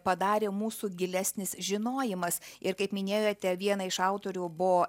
padarė mūsų gilesnis žinojimas ir kaip minėjote vieną iš autorių bo